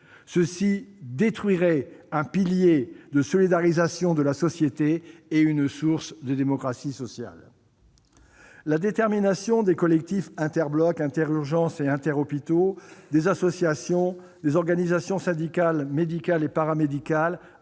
Cela détruirait un pilier de solidarisation de la société et tarirait une source de démocratie sociale. Deuxièmement, la détermination des collectifs Inter-Blocs, Inter-Urgences et Inter-Hôpitaux, des associations, des organisations syndicales médicales et paramédicales